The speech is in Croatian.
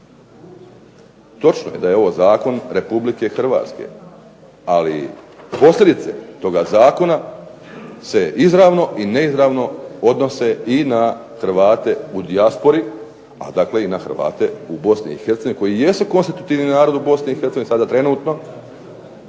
Točno je da je ovo zakon Republike Hrvatske ali posljedice toga zakona se izravno i neizravno odnose i na Hrvate u dijaspori ali dakle i na Hrvate u Bosni i Hercegovini koji jesu konstitutivni narod u Bosni